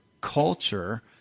culture